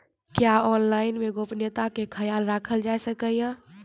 क्या ऑनलाइन मे गोपनियता के खयाल राखल जाय सकै ये?